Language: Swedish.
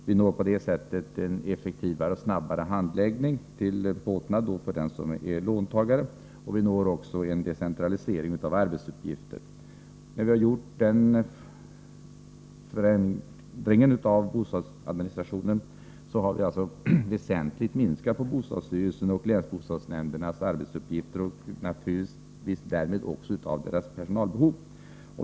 Vi får på det sättet en effektivare och snabbare handläggning till båtnad för låntagarna, och vi får också en decentralisering av arbetsuppgifterna. Med en sådan förändring av bostadsadministrationen skulle bostadsstyrelsens och länsbostadsnämndernas arbetsuppgifter väsentligt minskas liksom naturligtvis också deras personalbehov.